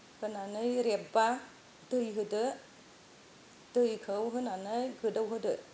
होनानै रेब्बा दै होदो दैखौ होनानै गोदौहोदो